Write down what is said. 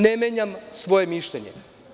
Ne menjam svoje mišljenje.